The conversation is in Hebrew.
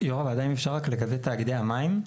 יו"ר הוועדה, אם אפשר רק לגבי תאגידי המים.